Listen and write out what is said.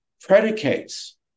predicates